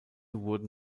wurden